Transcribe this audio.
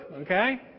okay